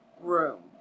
room